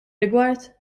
rigward